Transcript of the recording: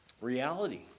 reality